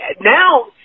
now